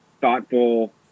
thoughtful